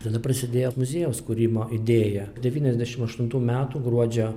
tada prasidėjo muziejaus kūrimo idėja devyniasdešim aštuntų metų gruodžio